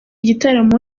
gitaramo